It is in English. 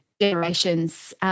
generations